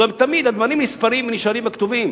זה תמיד, הדברים נספרים ונשארים בכתובים.